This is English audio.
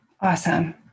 Awesome